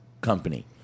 company